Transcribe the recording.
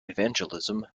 evangelism